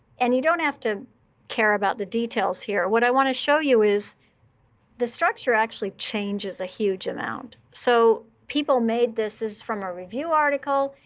and you don't have to care about the details here. what i want to show you is the structure actually changes a huge amount. so people made this is from a review article,